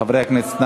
חברי הכנסת.